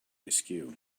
askew